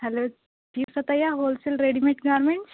hello جی فتایا wholesale readymade garments